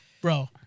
bro